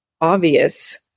obvious